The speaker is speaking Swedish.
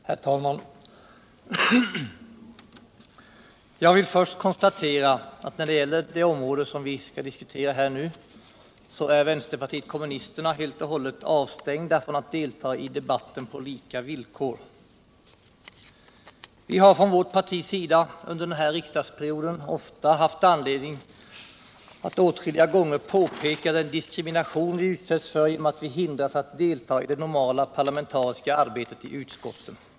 Herr talman! Jag vill först konstatera att när det gäller det område som nu diskuteras är vi i vänsterpartiet kommunisterna helt och hållet avstängda från att delta i debatten på lika villkor. Vi har från vårt partis sida under den här riksdagsperioden haft anledning att åtskilliga gånger peka på den diskriminering som vi utsätts för genom att vi hindras från att delta i det normala parlamentariska arbetet i utskotten.